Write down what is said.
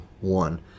one